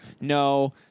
No